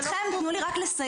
ברשותכם, תנו לי רק לסיים.